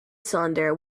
cylinder